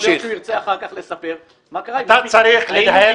יכול להיות שהוא ירצה אחר כך לספר מה קרה עם --- אתה צריך לנהל